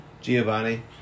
Giovanni